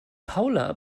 paula